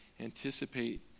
anticipate